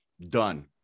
Done